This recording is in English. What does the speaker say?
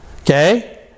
okay